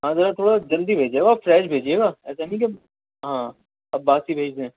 ہاں ذرا تھوڑا جلدی بھیج دیجیے گا اور فریش بھیجیے گا ایسا نہیں کہ ہاں باسی بھیج دیں